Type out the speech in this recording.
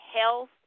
health